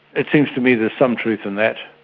it seems to me there's some truth in that.